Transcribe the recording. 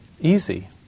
easy